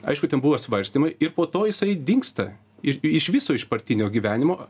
aišku ten buvo svarstymai ir po to jisai dingsta ir iš viso iš partinio gyvenimo